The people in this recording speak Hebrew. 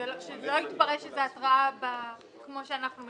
שלא יתפרש שזאת התראה כמו שאנחנו מכוונים אליה.